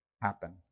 happen